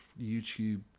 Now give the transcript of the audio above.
YouTube